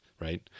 right